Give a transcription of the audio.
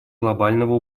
глобального